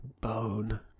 Bone